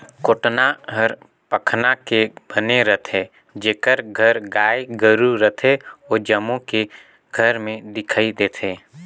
कोटना हर पखना के बने रथे, जेखर घर गाय गोरु रथे ओ जम्मो के घर में दिखइ देथे